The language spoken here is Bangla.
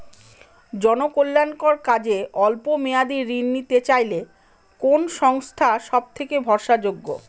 জনকল্যাণকর কাজে অল্প মেয়াদী ঋণ নিতে চাইলে কোন সংস্থা সবথেকে ভরসাযোগ্য?